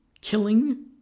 killing